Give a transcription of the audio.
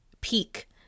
peak